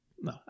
No